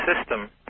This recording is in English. system